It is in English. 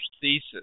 Thesis